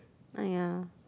!aiya!